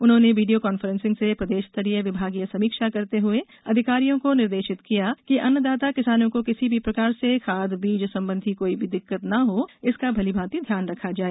उन्होंने video conferencing से प्रदेश स्तरीय विभागीय समीक्षा करते हुए अधिकारियों को निर्देशित किया कि अन्नदाता किसानों को किसी भी प्रकार से खाद बीज संबंधी कोई भी दिक्कत ना हो इसका भली भांति ध्यान रखा जाए